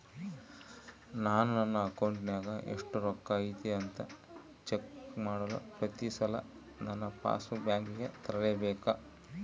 ನಾನು ನನ್ನ ಅಕೌಂಟಿನಾಗ ಎಷ್ಟು ರೊಕ್ಕ ಐತಿ ಅಂತಾ ಚೆಕ್ ಮಾಡಲು ಪ್ರತಿ ಸಲ ನನ್ನ ಪಾಸ್ ಬುಕ್ ಬ್ಯಾಂಕಿಗೆ ತರಲೆಬೇಕಾ?